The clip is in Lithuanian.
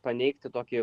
paneigti tokį